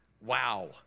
wow